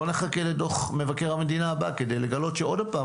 לא נחכה מבקר המדינה הבא כדי לגלות שעוד פעם